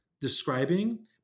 describing